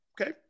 okay